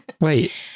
Wait